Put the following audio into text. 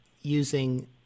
using